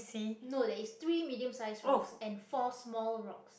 no there is three medium-sized rocks and four small rocks